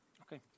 Okay